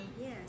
Yes